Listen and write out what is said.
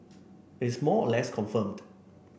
it's more or less confirmed